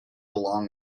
along